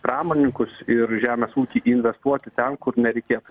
pramonininkus ir žemės ūkį investuoti ten kur nereikėtų